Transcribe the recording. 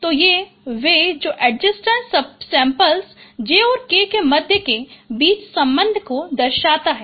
तो ये वे हैं जो एड्जेसेंट सेम्प्लस j और k के मध्य के बीच संबंध का दर्शाते हैं